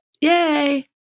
Yay